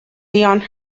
beyond